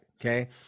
okay